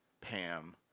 Pam